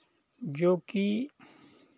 जो कि